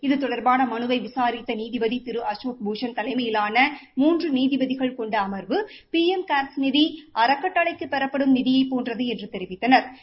இது தொடர்பாள மனுவை விளரித்த நீதிபதி திரு அசோக்பூஷன் தலைமையிலாள மூன்று நீதிபதிகள் கொண்ட அம்வு பி எம் காஸ் நிதி அறக்கட்டளைக்கு பெறப்படும் நிதியைப் போன்றது என்று தெரிவித்தனா